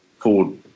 Ford